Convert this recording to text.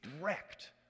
wrecked